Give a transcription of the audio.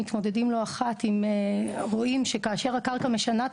אנחנו מתמודדים לא אחת עם רועים שכאשר הקרקע משנה את